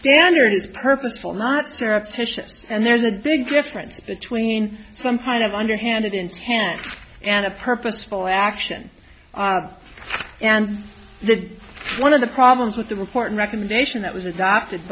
standard is purposeful not sarap tisha and there's a big difference between some kind of underhanded intent and a purposeful action and the one of the problems with the report recommendation that was adopted